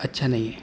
اچھا نہیں ہے